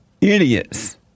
Idiots